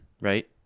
right